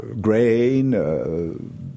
grain